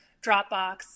Dropbox